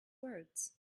words